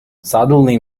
suddenly